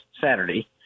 Saturday